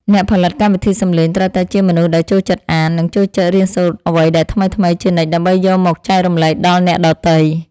អ្នកផលិតកម្មវិធីសំឡេងត្រូវតែជាមនុស្សដែលចូលចិត្តអាន និងចូលចិត្តរៀនសូត្រអ្វីដែលថ្មីៗជានិច្ចដើម្បីយកមកចែករំលែកដល់អ្នកដទៃ។